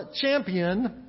champion